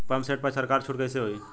Pump set पर सरकार छूट कईसे होई?